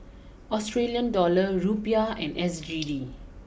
Australia dollar Rupiah and S G D